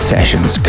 Sessions